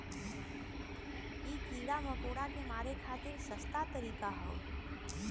इ कीड़ा मकोड़ा के मारे खातिर सस्ता तरीका हौ